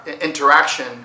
interaction